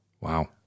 Wow